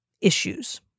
issues